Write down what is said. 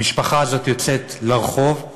המשפחה הזאת יוצאת לרחוב,